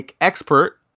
expert